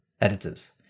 editors